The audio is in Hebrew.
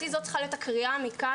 לדעתי זאת צריכה להיות הקריאה מכאן,